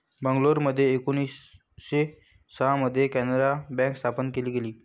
मंगलोरमध्ये एकोणीसशे सहा मध्ये कॅनारा बँक स्थापन केली गेली